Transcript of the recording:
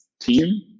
team